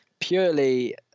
purely